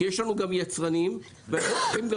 כי יש לנו גם יצרנים ואנחנו צריכים גם